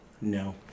No